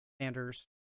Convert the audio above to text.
Sanders